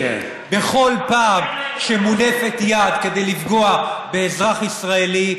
בכל פעם שמונפת יד כדי לפגוע באזרח ישראלי,